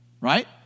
Right